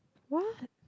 what